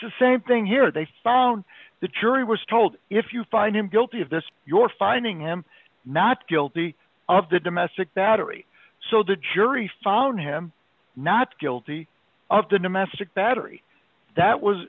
the same thing here they found the jury was told if you find him guilty of this your finding him not guilty of the domestic battery so the jury found him not guilty of the domestic battery that was